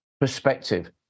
perspective